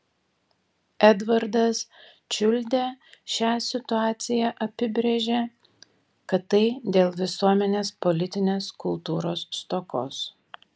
edvardas čiuldė šią situaciją apibrėžė kad tai dėl visuomenės politinės kultūros stokos